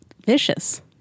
vicious